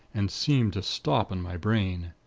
and seem to stop in my brain.